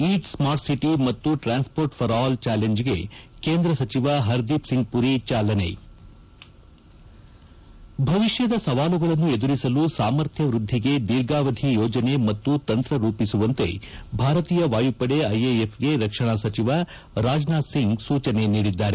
ಈಟ್ smart city ಮತ್ತು transport for all ಜಾಲೆಂಜ್ಗೆ ಕೇಂದ್ರ ಸಚಿವ ಪರ್ದೀಪ್ ಸಿಂಗ್ ಮರಿ ಚಾಲನೆ ಭವಿಷ್ಟದ ಸವಾಲುಗಳನ್ನು ಎದುರಿಸಲು ಸಾಮರ್ಥ್ಯ ವ್ವದ್ದಿಗೆ ಧೀರ್ಘಾವಧಿ ಯೋಜನೆ ಮತ್ತು ತಂತ್ರ ರೂಪಿಸುವಂತೆ ಭಾರತೀಯ ವಾಯುಪಡೆ ಐಎಎಫ್ಗೆ ರಕ್ಷಣಾ ಸಚಿವ ರಾಜನಾಥ್ ಸಿಂಗ್ ಸೂಜನೆ ನೀಡಿದ್ದಾರೆ